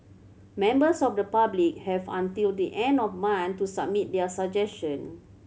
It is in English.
members of the public have until the end of month to submit their suggestion